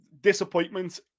disappointment